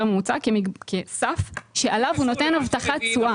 ממוצע כסף שעליו הוא נותן הבטחת תשואה.